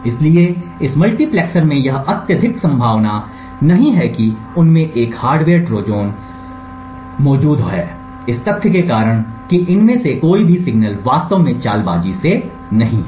इसलिए इस मल्टीप्लेक्सर में यह अत्यधिक संभावना नहीं है कि उनमें एक हार्डवेयर ट्रोजन मौजूद है इस तथ्य के कारण कि इनमें से कोई भी सिग्नल वास्तव में चालबाज़ी से नहीं है